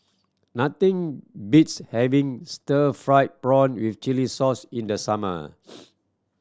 nothing beats having stir fried prawn with chili sauce in the summer